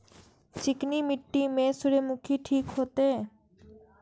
चिकनी मिट्टी में सूर्यमुखी ठीक होते?